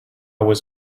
was